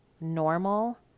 normal